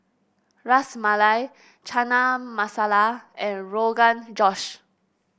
Ras Malai Chana Masala and Rogan Josh